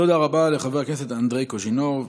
תודה רבה לחבר הכנסת אנדרי קוז'ינוב.